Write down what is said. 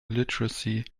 literacy